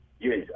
Yes